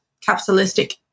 capitalistic